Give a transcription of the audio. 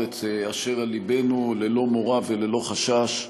את אשר על לבנו ללא מורא וללא חשש,